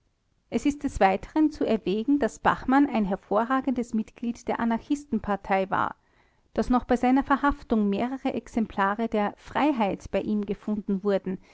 es ist des weiteren zu erwägen daß bachmann ein hervorragendes mitglied der anarchistenpartei war daß noch bei seiner verhaftung mehrere exemplare der freiheit bei ihm gefunden wurden